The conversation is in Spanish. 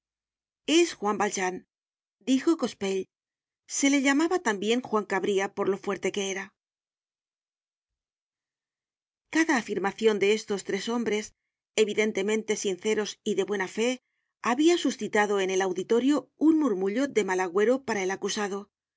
es juan valjean dijo cochepaille se le llamaba tambien juan cabria por lo fuerte que era cada afirmacion de estos tres hombres evidentemente sinceros y de buena fe habia suscitado en el auditorio un murmullo de mal agüero para el acusado